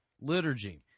liturgy